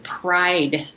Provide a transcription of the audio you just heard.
pride